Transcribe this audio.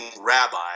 rabbi